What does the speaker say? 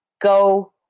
go